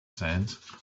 sands